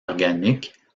organique